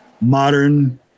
modern